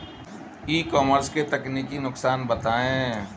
ई commerce के तकनीकी नुकसान बताएं?